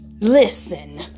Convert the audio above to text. Listen